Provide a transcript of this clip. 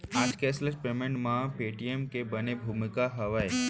आज cashless payment म Paytm के बने भूमिका हावय